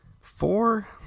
Four